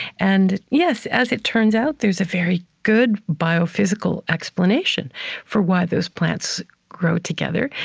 and, yes, as it turns out, there's a very good biophysical explanation for why those plants grow together,